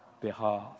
behalf